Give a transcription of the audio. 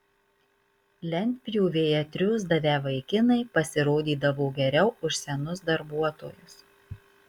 lentpjūvėje triūsdavę vaikinai pasirodydavo geriau už senus darbuotojus